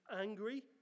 angry